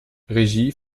regie